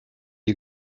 you